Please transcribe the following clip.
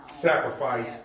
sacrifice